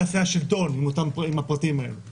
מה יעשה השלטון עם הפרטים האלה,